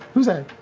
who's that?